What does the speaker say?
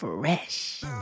Fresh